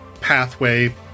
pathway